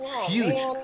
Huge